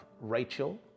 Rachel